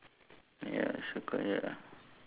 ya